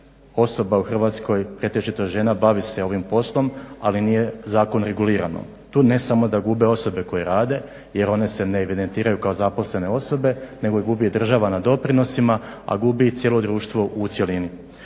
osoba u Hrvatskoj pretežito žena bavi se ovim poslom, ali nije zakon regulirano. Tu ne samo da gube osobe koje rade, jer one se ne evidentiraju kao zaposlene osobe, nego gubi država na doprinosima, a gubi i cijelo društvo u cjelini.